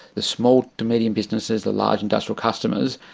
the small to medium businesses, the large industrial customers,